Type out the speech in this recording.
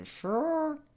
sure